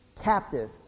captive